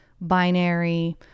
binary